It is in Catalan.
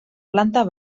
planta